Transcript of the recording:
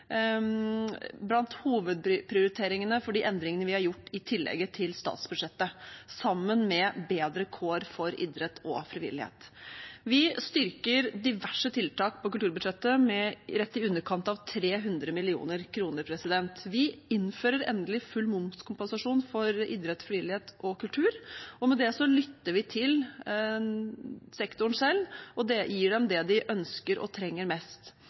blant hovedprioriteringene for de endringene vi har gjort i tillegget til statsbudsjettet, sammen med bedre kår for idretten og frivilligheten. Vi styrker diverse tiltak på kulturbudsjettet med rett i underkant av 300 mill. kr. Vi innfører endelig full momskompensasjon for idrett, frivillighet og kultur, og med det lytter vi til sektoren selv og gir dem det de ønsker og trenger mest.